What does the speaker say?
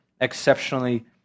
exceptionally